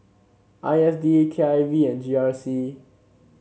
I S D K I V and G R C